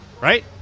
right